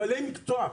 בעלי מקצוע,